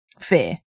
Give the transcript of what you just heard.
fear